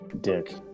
dick